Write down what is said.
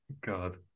God